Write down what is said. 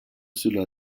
cela